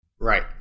right